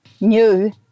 new